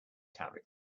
italics